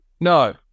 No